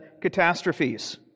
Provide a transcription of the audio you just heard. catastrophes